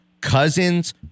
Cousins